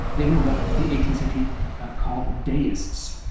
they were what the eighteenth century called deists.